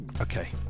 Okay